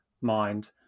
mind